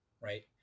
right